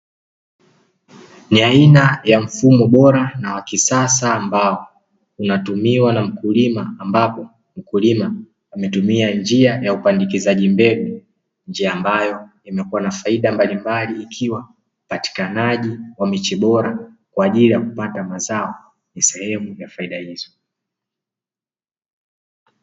Ni aina ya mfumo bora wa kisasa ambao unatumika na mkulima ambapo hutumia njia ya upandikizaji mbegu njia ambayo ina faida ya upatikanaji wa miche bora kwaajili ya kupata mazao ni sehemu ya faida hizo.